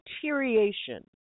deterioration